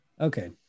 Okay